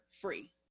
free